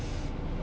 mm